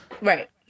Right